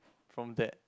from that